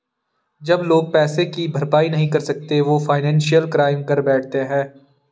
जब लोग पैसे की भरपाई नहीं कर सकते वो फाइनेंशियल क्राइम कर बैठते है